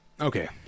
Okay